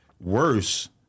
worse